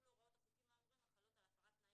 ויחולו הוראות החוקים האמורים החלות על הפרת תנאי